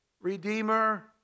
Redeemer